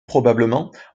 probablement